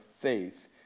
faith